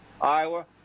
iowa